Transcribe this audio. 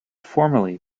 formerly